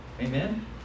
Amen